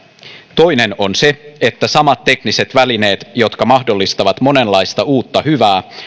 toinen on se että samat tekniset välineet jotka mahdollistavat monenlaista uutta hyvää